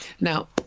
Now